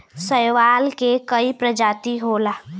शैवाल के कई प्रजाति होला